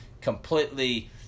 completely